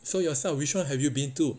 so yourself which one have you been to